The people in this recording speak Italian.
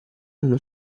uno